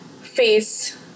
face